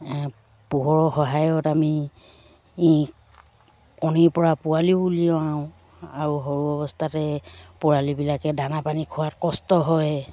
পোহৰৰ সহায়ত আমি কণীৰপৰা পোৱালিও উলিয়াও আৰু সৰু অৱস্থাতে পোৱালিবিলাকে দানা পানী খোৱাত কষ্ট হয়